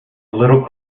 little